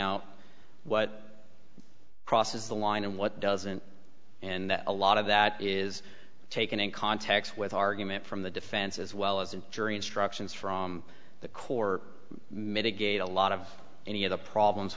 out what crosses the line and what doesn't and a lot of that is taken in context with argument from the defense as well as a jury instructions from the corps mitigate a lot of any of the problems